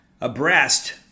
abreast